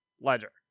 Ledger